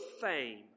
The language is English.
fame